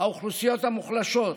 האוכלוסיות המוחלשות,